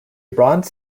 bronze